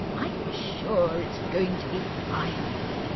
i'm sure it's going to be fine.